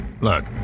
Look